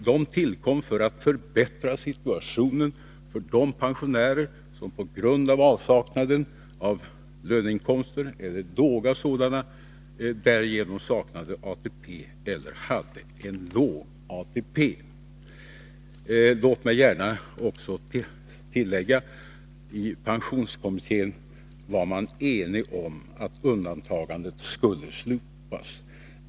De tillkom för att förbättra situationen för de pensionärer som på grund av avsaknaden av löneinkomster eller låga sådana saknade ATP eller hade en låg ATP. Låt mig också gärna tillägga att man i pensionskommittén var enig om att undantagandet skulle slopas.